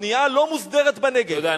הבנייה הלא-מוסדרת בנגב, תודה.